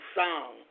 song